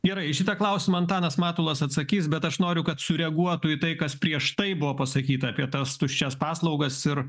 gerai į šitą klausimą antanas matulas atsakys bet aš noriu kad sureaguotų į tai kas prieš tai buvo pasakyta apie tas tuščias paslaugas ir